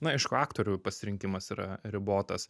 na aišku aktorių pasirinkimas yra ribotas